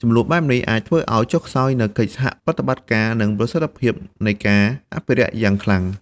ជម្លោះបែបនេះអាចធ្វើឱ្យចុះខ្សោយនូវកិច្ចសហប្រតិបត្តិការ និងប្រសិទ្ធភាពនៃការអភិរក្សយ៉ាងខ្លាំង។